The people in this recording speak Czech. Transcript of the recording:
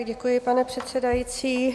Děkuji, pane předsedající.